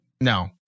No